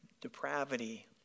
depravity